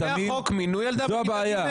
לפני החוק מינו ילדה בכיתה ג'?